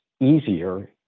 easier